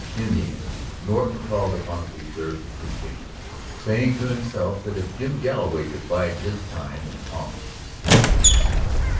in the end norton called upon the reserves of his patience, saying to himself that if jim galloway could bide his time in calmness he could do the same.